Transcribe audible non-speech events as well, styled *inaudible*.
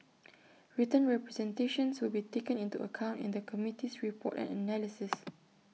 *noise* written representations will be taken into account in the committee's report and analysis *noise*